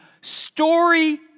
story